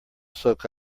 soak